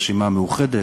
הרשימה המאוחדת,